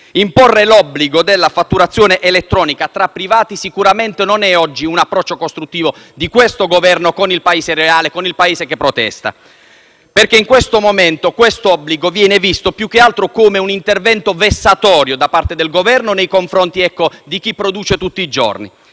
Imporre ora l'obbligo della fatturazione elettronica tra privati sicuramente non è un approccio costruttivo del Governo con il Paese reale, con il Paese che protesta. In questo momento l'obbligo viene visto, più che altro, come un intervento vessatorio da parte del Governo nei confronti di chi produce tutti i giorni.